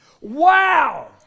Wow